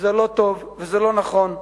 וזה לא טוב וזה לא נכון.